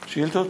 שאילתות?